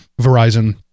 Verizon